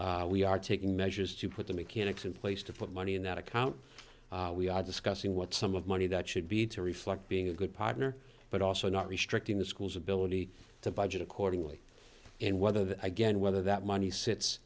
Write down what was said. morning we are taking measures to put the mechanics in place to put money in that account we are discussing what sum of money that should be to reflect being a good partner but also not restricting the school's ability to budget accordingly and whether that again whether that money si